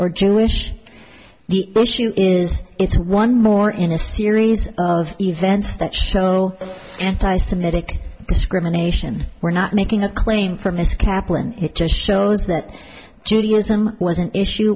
or jewish the issue is it's one more in a series of events that show anti semitic discrimination were not making a claim for mr kaplan it just shows that judaism was an issue